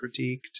critiqued